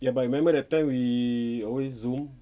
ya but I remember that time we always zoom